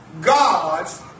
God's